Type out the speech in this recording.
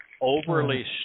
overly